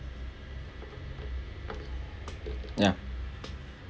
ya